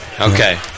Okay